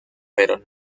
pero